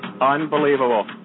Unbelievable